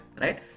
right